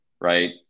right